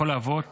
יכול להוות